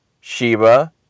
Sheba